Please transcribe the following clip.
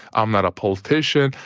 i'm not a politician.